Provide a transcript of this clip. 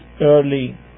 early